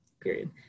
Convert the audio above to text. period